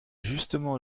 justement